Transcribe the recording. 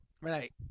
Right